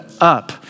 up